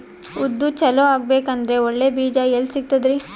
ಉದ್ದು ಚಲೋ ಆಗಬೇಕಂದ್ರೆ ಒಳ್ಳೆ ಬೀಜ ಎಲ್ ಸಿಗತದರೀ?